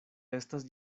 estas